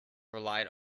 relied